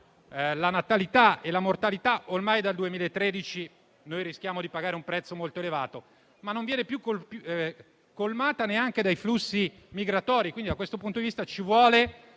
la natalità e la mortalità, rispetto a cui noi rischiamo di pagare un prezzo molto elevato, ormai dal 2013 non viene più colmato neanche dai flussi migratori, quindi da questo punto vista ci vuole